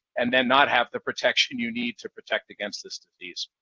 and then not have the protection you need to protect against this disease.